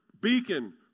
beacon